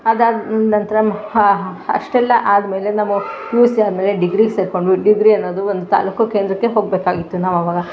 ಅದಾದ ನಂತರ ಹ ಅಷ್ಟೆಲ್ಲ ಆದಮೇಲೆ ನಾವು ಪಿ ಯು ಸಿ ಆದಮೇಲೆ ಡಿಗ್ರಿಗೆ ಸೇರಿಕೊಂಡ್ವಿ ಡಿಗ್ರಿ ಅನ್ನೋದು ಒಂದು ತಾಲೂಕು ಕೇಂದ್ರಕ್ಕೆ ಹೋಗಬೇಕಾಗಿತ್ತು ನಾವು ಆವಾಗ